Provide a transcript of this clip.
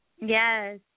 Yes